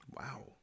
Wow